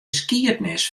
skiednis